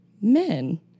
men